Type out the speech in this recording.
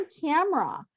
camera